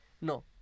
No